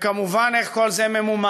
וכמובן, איך כל זה ממומן?